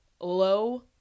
low